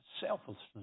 selflessness